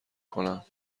کنم